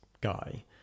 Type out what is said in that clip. guy